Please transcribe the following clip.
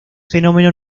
fenómeno